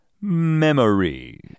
memory